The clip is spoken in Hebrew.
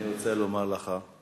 אני רוצה לומר לך: